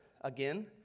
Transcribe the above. Again